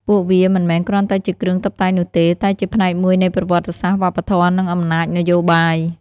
ពួកវាមិនមែនគ្រាន់តែជាគ្រឿងតុបតែងនោះទេ តែជាផ្នែកមួយនៃប្រវត្តិសាស្ត្រ វប្បធម៌ និងអំណាចនយោបាយ។